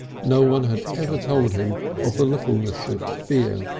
no one had ever told him of the littleness of fear,